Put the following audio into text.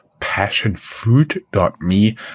passionfruit.me